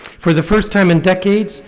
for the first time in decades,